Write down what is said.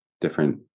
different